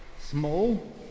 small